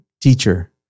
Teacher